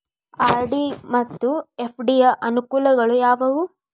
RD ಮತ್ತು FD ಯ ಅನುಕೂಲಗಳು ಯಾವವು?